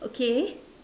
okay